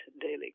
Daily